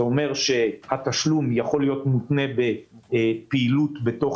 זה אומר שהתשלום יכול להיות מותנה בפעילות בתוך